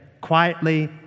quietly